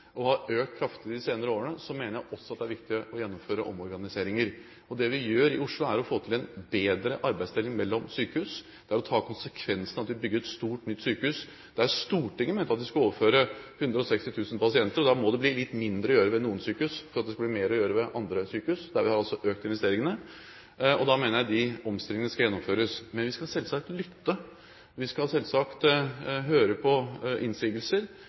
og har økt kraftig de senere årene, mener jeg også det er viktig å gjennomføre omorganiseringer. Det vi gjør i Oslo, er å få til en bedre arbeidsdeling mellom sykehus. Det er å ta konsekvensene av at vi bygger et stort nytt sykehus, der Stortinget mente at vi skulle overføre 160 000 pasienter. Da må det bli mindre å gjøre ved noen sykehus for at det skal bli mer å gjøre ved andre, der vi altså har økt investeringene. Da mener jeg de omstillingene skal gjennomføres. Men vi skal selvsagt lytte. Vi skal selvsagt høre på innsigelser